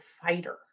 fighter